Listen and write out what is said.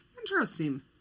Interesting